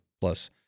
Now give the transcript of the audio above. plus